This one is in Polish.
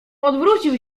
odwrócił